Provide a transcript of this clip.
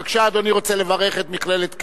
בבקשה, אדוני רוצה לברך את מכללת "קיי".